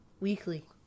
Weekly